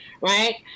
right